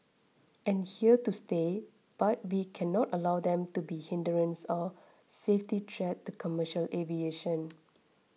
and here to stay but we cannot allow them to be hindrance or safety threat to commercial aviation